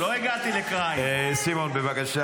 ששי גואטה,